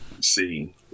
See